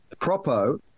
Propo